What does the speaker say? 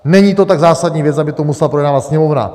Není to tak zásadní věc, aby to musela projednávat Sněmovna.